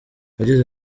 yagize